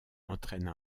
entraine